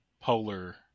polar